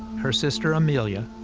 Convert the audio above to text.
her sister amelia,